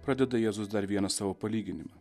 pradeda jėzus dar vieną savo palyginimą